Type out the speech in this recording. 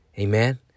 Amen